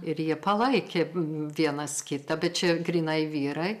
ir jie palaikė vienas kitą bet čia grynai vyrai